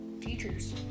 Teachers